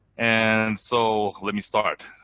and so let me start,